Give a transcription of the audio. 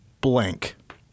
blank